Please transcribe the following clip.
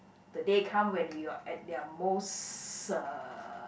the day come when you are at your most uh